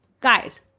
Guys